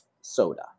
soda